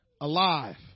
alive